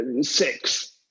Six